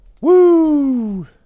Woo